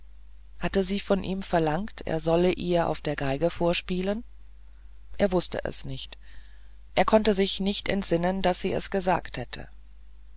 hatte sie von ihm verlangt er solle ihr auf der geige vorspielen er wußte es nicht konnte sich nicht entsinnen daß sie es gesagt hätte